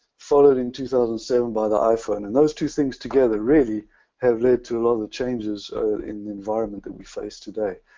followed in two thousand and seven by the iphone. and those two things together really have led to a lot of the changes in the environment that we face today.